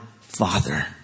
father